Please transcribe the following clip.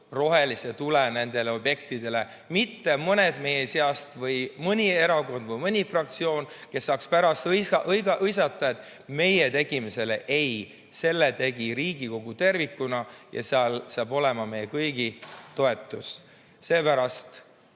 rohelise tule nendele objektidele, mitte vaid mõned meie seast või mõni erakond või mõni fraktsioon, kes saaks pärast hõisata, et meie tegime selle. Ei, selle tegi Riigikogu tervikuna ja sellel saab olema meie kõigi toetus. Seepärast